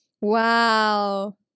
Wow